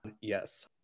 Yes